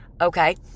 okay